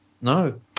No